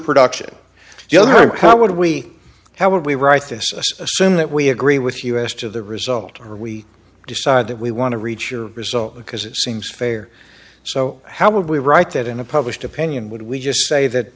production how would we how would we write this assume that we agree with us to the result or we decide that we want to reach a result because it seems fair so how would we write that in a published opinion would we just say that